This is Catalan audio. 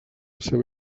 seva